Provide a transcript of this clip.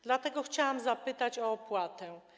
Dlatego chciałam zapytać o opłatę.